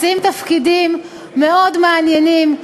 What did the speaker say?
מציעים תפקידים מאוד מעניינים,